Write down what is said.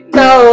no